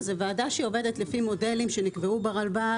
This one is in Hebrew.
זו ועדה שעובדת לפי מודלים שנקבעו ברלב"ד.